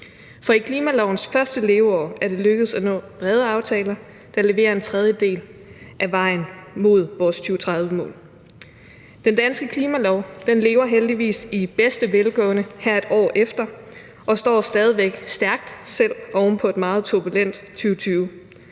For i klimalovens første leveår er det lykkedes at nå til brede aftaler, der leverer en tredjedel af vejen mod vores 2030-mål. Den danske klimalov lever heldigvis i bedste velgående her et år efter og står stadig væk stærkt, selv oven på et meget turbulent 2020.